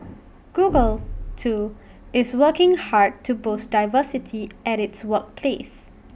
Google too is working hard to boost diversity at its workplace